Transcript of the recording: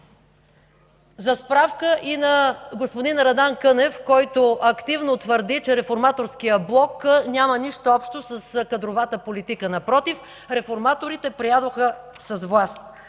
За справка и на господин Радан Кънев, който активно твърди, че Реформаторският блок няма нищо общо с кадровата политика, напротив, реформаторите преядоха с власт.